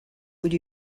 would